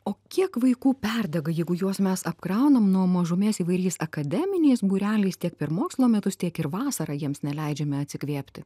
o kiek vaikų perdega jeigu juos mes apkraunam nuo mažumės įvairiais akademiniais būreliais tiek per mokslo metus tiek ir vasarą jiems neleidžiame atsikvėpti